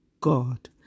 God